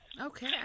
Okay